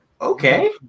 Okay